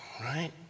right